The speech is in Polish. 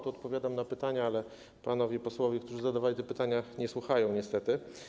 Tu odpowiadam na pytania, ale panowie posłowie, którzy zadawali te pytania, nie słuchają niestety.